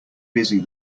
busy